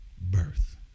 birth